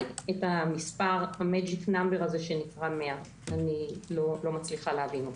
את מספר הקסם הזה שנקרא 100. אני לא מצליחה להבין אותו.